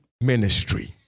ministry